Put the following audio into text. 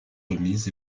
remises